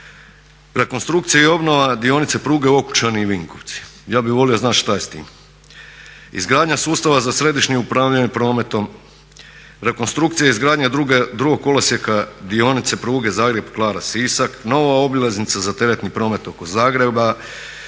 rekonstrukcija i obnova dionica pruge Okučani-Vinkovci, ja bih volio znati šta je s tim, izgradnja sustava za središnje upravljanje prometom, rekonstrukcija izgradnje drugog kolosijeka dionice pruge Zagreb-Klara-Sisak, nova obilaznica za teretni promet oko Zagreba,